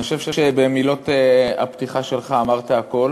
אני חושב שבמילות הפתיחה שלך אמרת הכול,